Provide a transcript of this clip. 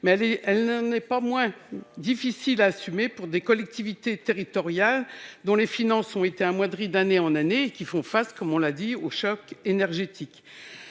n'en est pas moins difficile à assumer pour des collectivités territoriales dont les finances ont été amoindries d'année en année et qui font face au choc énergétique.